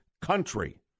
country